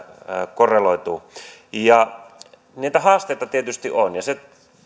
korreloituu haasteita tietysti on